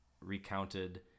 recounted